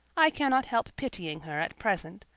i cannot help pitying her at present,